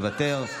מוותר,